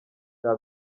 cya